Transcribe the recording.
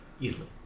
Easily